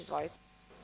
Izvolite.